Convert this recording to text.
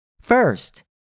First